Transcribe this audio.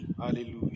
Hallelujah